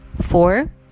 four